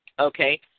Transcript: okay